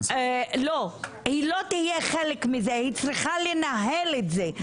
לא, היא לא תהיה חלק מזה, היא צריכה לנהל את זה.